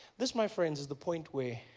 this my friends is the point where